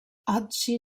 oggi